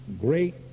great